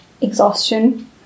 exhaustion